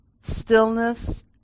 Stillness